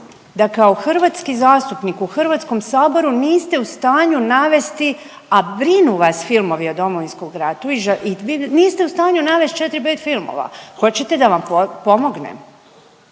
da kao hrvatski zastupnik u HS-u niste u stanju navesti, a brinu vas filmovi o Domovinskom ratu i niste u stanju navest četri, pet filmova. Hoćete da vam pomognem?